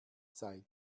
zeit